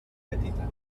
petita